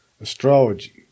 Astrology